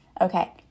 Okay